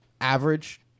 average